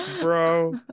Bro